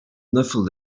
nasıl